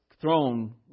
throne